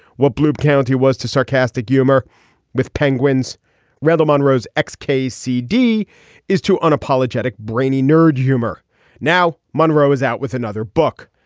what bloom county was too sarcastic humor with penguins rather monroe's ex casey d is too unapologetic brainy nerd humor now monroe is out with another book.